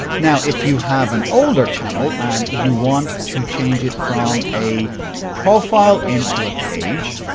now, if you have an older channel and you want to change it from a profile into a page,